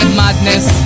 madness